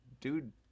dude